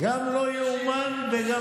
לא ייאמן ולא מאמין.